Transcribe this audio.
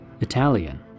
Italian